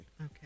Okay